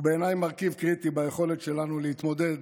הם בעיניי מרכיב קריטי ביכולת שלנו להתמודד